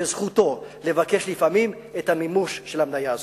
וזכותו לבקש לפעמים את המימוש של המניה הזאת.